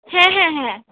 হ্যাঁ হ্যাঁ হ্যাঁ